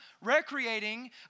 recreating